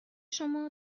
شما